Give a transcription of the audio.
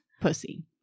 pussy